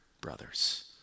brothers